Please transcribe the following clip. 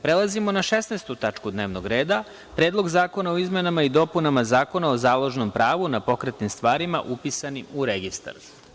Prelazimo na 16. tačku dnevnog reda – Predlog zakona o izmenama i dopunama Zakona o založnom pravu na pokretnim stvarima upisanim u registar.